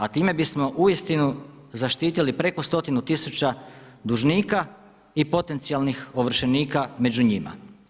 A time bismo uistinu zaštitili preko stotinu tisuća dužnika i potencijalnih ovršenika među njima.